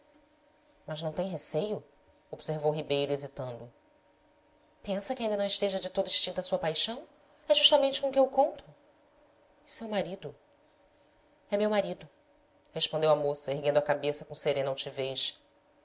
mas não tem receio observou ribeiro hesitando pensa que ainda não esteja de todo extinta a sua paixão é justamente com o que eu conto e seu marido é meu marido respondeu a moça erguendo a cabeça com serena